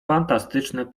fantastyczne